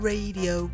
Radio